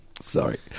Sorry